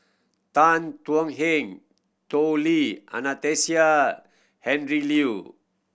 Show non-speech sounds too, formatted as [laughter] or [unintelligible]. Tan Thuan Heng Tao Li Anastasia [unintelligible] Liew